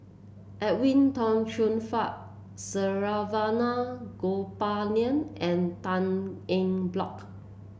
Edwin Tong Chun Fai Saravanan Gopinathan and Tan Eng Bock